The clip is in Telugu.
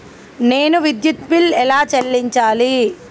నేను విద్యుత్ బిల్లు ఎలా చెల్లించాలి?